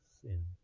sin